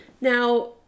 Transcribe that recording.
Now